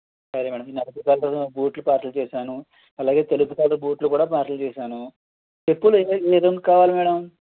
సరే మ్యాడమ్ నేను బూట్లు పార్సల్ చేశాను అలాగే తెలుపు కలర్ బూట్లు కూడా పార్సల్ చేశాను ఎక్కువలో ఏ ఏ రంగు కావాలి మ్యాడమ్